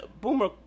Boomer